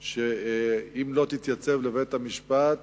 כתובה: אם לא תתייצב לבית-המשפט